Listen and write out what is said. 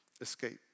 escape